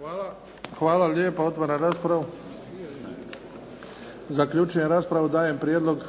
(HDZ)** Hvala lijepa. Otvaram raspravu. Zaključujem raspravu. Dajem prijedlog